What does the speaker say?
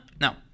No